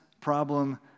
problem